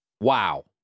Wow